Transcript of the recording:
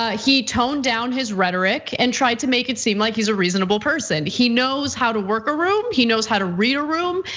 ah he toned down his rhetoric and tried to make it seem like he's a reasonable person. he knows how to work a room. he knows how to read a room.